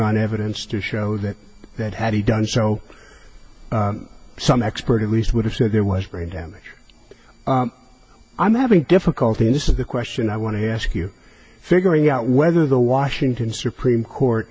on evidence to show that that had he done so some expert at least would have said there was brain damage i'm having difficulty in this is the question i want to ask you figuring out whether the washington supreme court